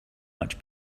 much